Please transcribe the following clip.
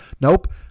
Nope